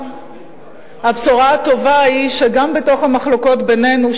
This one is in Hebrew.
הבשורה הטובה היא שגם בתוך המחלוקות בינינו,